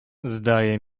zdaje